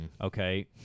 Okay